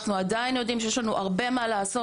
אנחנו עדיין יודעים שיש נו הרבה מה לעשות.